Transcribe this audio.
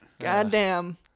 Goddamn